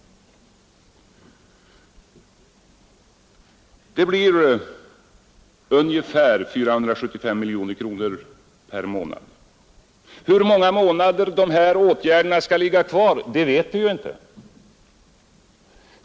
Det blir ungefär 475 miljoner kronor per månad. Hur många månader dessa åtgärder skall ligga kvar, vet vi inte.